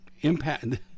impact